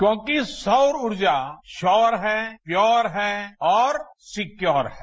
क्योंकि सौर ऊर्जा सौर है प्यौर है और सिक्योर है